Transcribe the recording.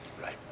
Right